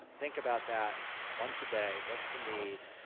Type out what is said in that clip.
think about that once a day what's the need,